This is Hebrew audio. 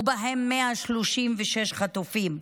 ובהם 136 חטופים,